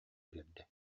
биэрдэ